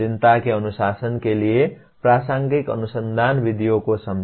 चिंता के अनुशासन के लिए प्रासंगिक अनुसंधान विधियों को समझें